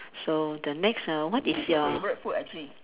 so the next ah what is your